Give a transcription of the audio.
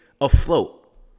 afloat